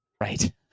Right